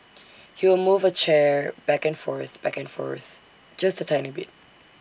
he will move A chair back and forth back and forth just A tiny bit